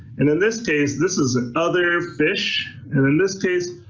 and in this case, this is the other fish, and in this case,